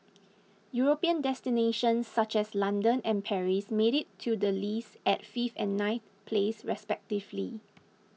European destinations such as London and Paris made it to the list at fifth and ninth place respectively